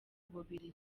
bubiligi